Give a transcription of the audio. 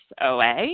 OA